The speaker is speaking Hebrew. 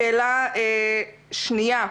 שאלה שנייה,